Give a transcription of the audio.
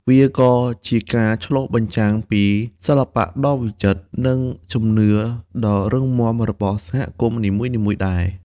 វាក៏ជាការឆ្លុះបញ្ចាំងពីសិល្បៈដ៏វិចិត្រ និងជំនឿដ៏រឹងមាំរបស់សហគមន៍នីមួយៗដែរ។